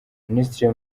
minisitiri